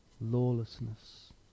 lawlessness